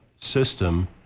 system